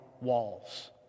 walls